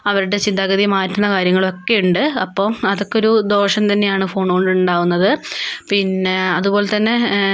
അവരുടെ ചിന്താഗതിയെ മാറ്റുന്ന കാര്യങ്ങളും ഒക്കെയുണ്ട് അപ്പം അതൊക്കെ ഒരു ദോഷം തന്നെയാണ് ഫോണ് കൊണ്ട് ഉണ്ടാകുന്നത് പിന്നെ അതുപോലെതന്നെ